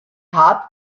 tat